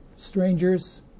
Strangers